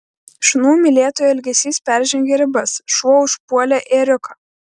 šunų mylėtojų elgesys peržengė ribas šuo užpuolė ėriuką